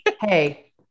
Hey